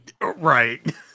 Right